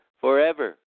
forever